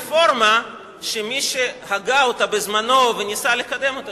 רפורמה שמי שהגה אותה בזמנו וניסה לקדם אותה